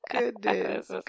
Goodness